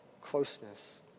closeness